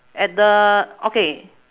at the okay